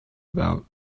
about